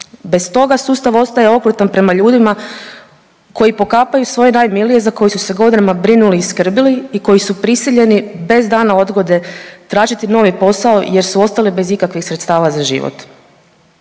bez toga sustav ostaje okrutan prema ljudima koji pokapaju svoje najmilije za koje su se godinama brinuli i skrbili i koji su prisiljeni bez dana odgode tražiti novi posao jer su ostali bez ikakvih sredstava za život.